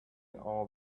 all